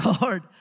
Lord